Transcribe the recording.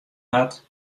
hat